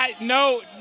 no